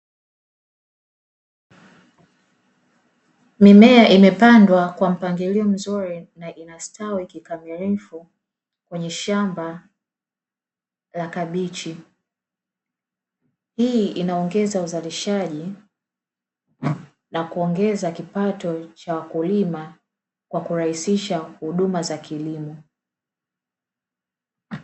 Mimea imapandwa kwa mpangilio mzuri na inastawi kikamilifu, kwenye shamba la kabichi. Hii inaongeza uzalishaji na kuongeza kipato cha wakulima kwa kurahisisha huduma za kilimo.